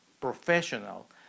professional